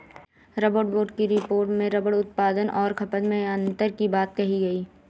rubber board की report में rubber उत्पादन और खपत में अन्तर की बात कही गई